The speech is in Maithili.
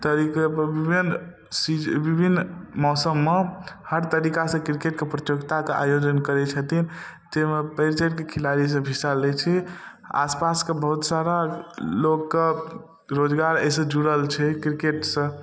तरीका मेन मेन विभिन्न मौसममे हर तरीकासँ किरकेटके प्रतियोगिताके आयोजन करै छथिन ताहिमे बढ़ि चढ़िकऽ खेलाड़ीसभ हिस्सा लै छै आसपासके बहुत सारा लोकके रोजगार एहिसँ जुड़ल छै किरकेटसँ